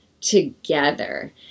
together